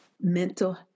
mental